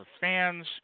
fans